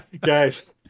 Guys